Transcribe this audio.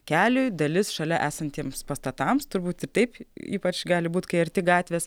keliui dalis šalia esantiems pastatams turbūt ir taip ypač gali būti kai arti gatvės